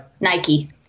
nike